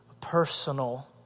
Personal